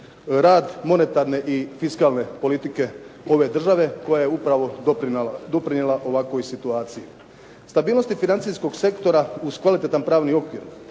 rad monetarne i fiskalne politike ove države koja je upravo doprinijela ovakvoj situaciji. Stabilnosti financijskog sektora uz kvalitetan pravni okvir